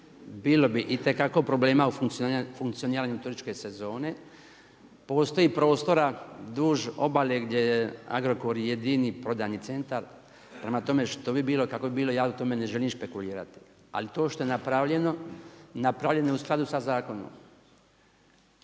bilo bi itekako problema u funkcioniranju turističke sezone, postoji prostora duž obale gdje je Agrokor jedini prodajni centar, prema tome što bi bilo, kako bi bilo, ja o tome ne želim špekulirati. Ali to što je napravljeno, napravljeno je u skladu sa zakonom.